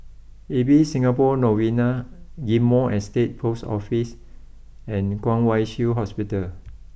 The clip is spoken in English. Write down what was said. Ibis Singapore Novena Ghim Moh Estate post Office and Kwong Wai Shiu Hospital